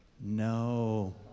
No